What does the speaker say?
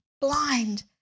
blind